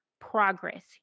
progress